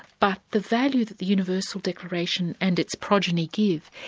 but the value that the universal declaration and its progeny give,